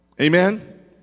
Amen